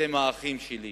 אתם האחים שלי.